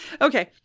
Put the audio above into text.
Okay